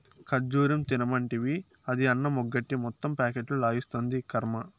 ఖజ్జూరం తినమంటివి, అది అన్నమెగ్గొట్టి మొత్తం ప్యాకెట్లు లాగిస్తాంది, కర్మ